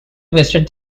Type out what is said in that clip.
visited